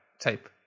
type